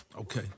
Okay